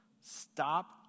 Stop